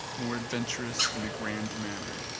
more adventurous in the grand manner